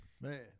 Man